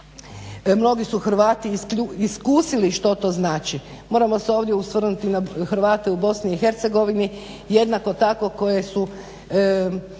mnogi su Hrvati iskusili što to znači. Moramo se ovdje osvrnuti na Hrvate u Bosni i Hercegovini jednako tako koje su